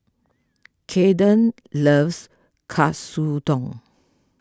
Kaeden loves Katsudon